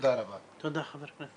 תודה, חבר הכנסת.